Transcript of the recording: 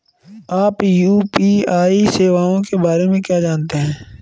आप यू.पी.आई सेवाओं के बारे में क्या जानते हैं?